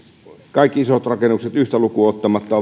kaikki isot rakennukset yhtä lukuun ottamatta